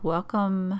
Welcome